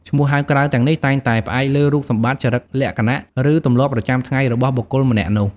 ឈ្មោះហៅក្រៅទាំងនេះតែងតែផ្អែកលើរូបសម្បត្តិ ចរិតលក្ខណៈ ឬទម្លាប់ប្រចាំថ្ងៃរបស់បុគ្គលម្នាក់នោះ។